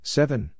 Seven